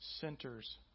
centers